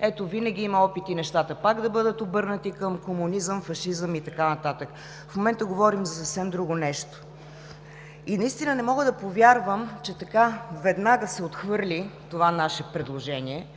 Ето, винаги има опити нещата пак да бъдат обърнати към комунизъм, фашизъм и така нататък. В момента говорим за съвсем друго нещо. Наистина не мога да повярвам, че веднага се отхвърли това наше предложение